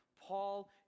Paul